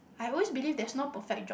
I always believe there's no perfect job